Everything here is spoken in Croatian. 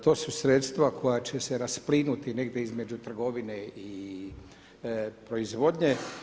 To su sredstva koja će se rasplinuti negdje između trgovine i proizvodnje.